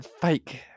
fake